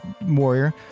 warrior